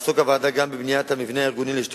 הוועדה תעסוק גם בבניית המבנה הארגוני לשתי